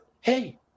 Hey